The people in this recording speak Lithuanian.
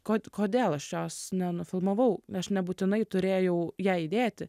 ko kodėl aš jos nenufilmavau aš nebūtinai turėjau ją įdėti